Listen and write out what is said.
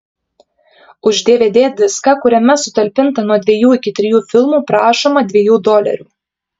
už dvd diską kuriame sutalpinta nuo dviejų iki trijų filmų prašoma dviejų dolerių